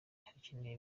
hakenewe